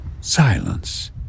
silence